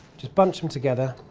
just bunch them together,